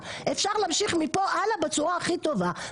אפשר להחזיר אחורה את הגלגל?